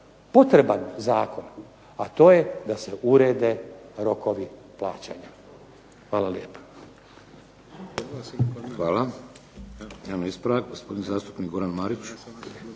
potreban zakon, a to je da se urede rokovi plaćanja. Hvala lijepa.